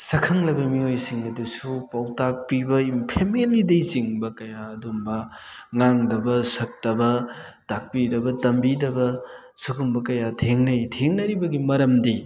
ꯁꯈꯪꯂꯕ ꯃꯤꯑꯣꯏꯁꯤꯡ ꯑꯗꯨꯁꯨ ꯄꯥꯎꯇꯥꯛ ꯄꯤꯕ ꯐꯦꯃꯦꯂꯤꯗꯩ ꯆꯤꯡꯕ ꯀꯌꯥ ꯑꯗꯨꯝꯕ ꯉꯥꯡꯗꯕ ꯁꯛꯇꯕ ꯇꯥꯛꯄꯤꯗꯕ ꯇꯝꯕꯤꯗꯕ ꯁꯤꯒꯨꯝꯕ ꯀꯌꯥ ꯊꯦꯡꯅꯩ ꯊꯦꯡꯅꯔꯤꯕꯒꯤ ꯃꯔꯝꯗꯤ